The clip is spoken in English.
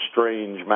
Strange